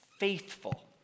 faithful